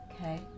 Okay